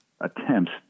attempts